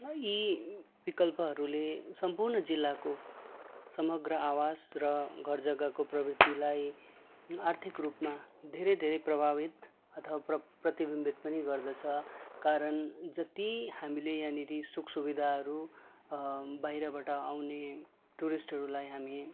यी विकल्पहरूले सम्पूर्ण जिल्लाको समग्र आवास र घर जग्गाको प्रवृतिलाई आर्थिक रूपमा धेरै धेरै प्रभावित अथवा प्रतिविम्बित पनि गर्दछ कारण जति हामीले यहाँनेर सुख सुविधाहरू बहिरबाट आउने टुरिस्टहरूलाई हामी